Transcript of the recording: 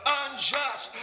unjust